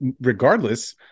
regardless